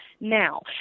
now